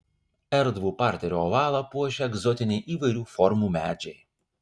erdvų parterio ovalą puošia egzotiniai įvairių formų medžiai